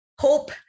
hope